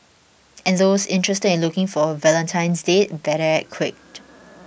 and those interested in looking for a valentine's date better act quick